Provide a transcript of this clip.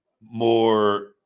more